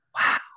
wow